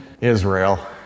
Israel